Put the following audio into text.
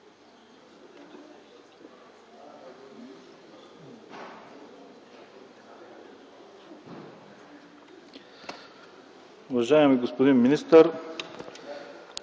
Уважаеми господин министър,